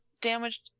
damaged